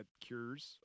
cures